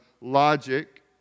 logic